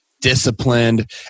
disciplined